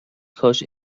کاش